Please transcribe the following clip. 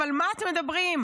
על מה אתם מדברים?